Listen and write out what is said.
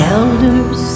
elders